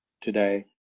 today